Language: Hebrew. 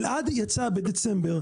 אלעד יצא בדצמבר.